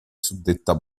suddetta